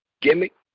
gimmick